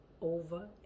over